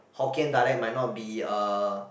Hokkien dialect might not be uh